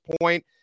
point